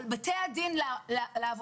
אבל בתי הדין לעבודה,